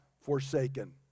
forsaken